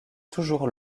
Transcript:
toujours